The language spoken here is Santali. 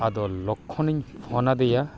ᱟᱫᱚ ᱞᱚᱠᱷᱚᱱ ᱤᱧ ᱯᱷᱳᱱ ᱟᱫᱮᱭᱟ